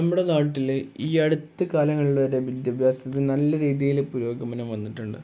നമ്മുടെ നാട്ടിൽ ഈ അടുത്ത കാലങ്ങൾ വരെ വിദ്യാഭ്യാസത്തിന് നല്ല രീതിയിൽ പുരോഗമനം വന്നിട്ടുണ്ട്